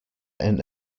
and